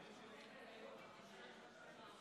להלן תוצאות